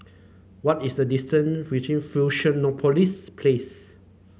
what is the distance reaching Fusionopolis Place